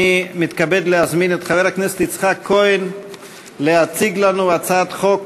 אני מתכבד להזמין את חבר הכנסת יצחק כהן להציג לנו הצעת חוק